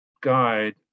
guide